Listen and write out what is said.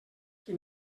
qui